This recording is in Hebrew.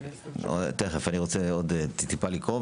אני רוצה להמשיך לקרוא,